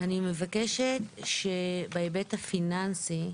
למבנה הזה,